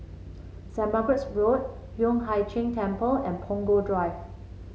Saint Margaret's Road Yueh Hai Ching Temple and Punggol Drive